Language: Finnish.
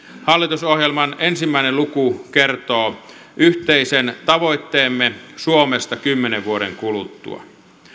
hallitusohjelman ensimmäinen luku kertoo yhteisen tavoitteemme suomesta kymmenen vuoden kuluttua